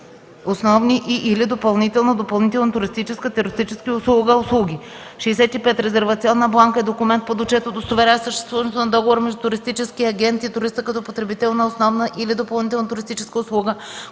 основна/и и/или допълнителна/и туристическа/и услуга/и. 65. „Резервационна бланка” е документ под отчет, удостоверяващ съществуването на договор между туристическия агент и туриста като потребител на основна или допълнителна туристическа услуга,